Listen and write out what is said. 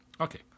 Okay